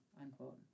unquote